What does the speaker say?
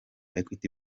equity